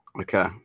Okay